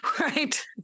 right